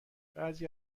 بعضی